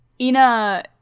ina